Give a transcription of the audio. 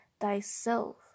thyself